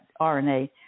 RNA